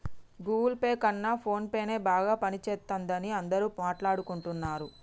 Google Pay కన్నా ఫోన్పేనే బాగా పనిజేత్తందని అందరూ మాట్టాడుకుంటన్నరు